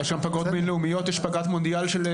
אבל יש פגרות בין לאומיות, פגרת מונדיאל.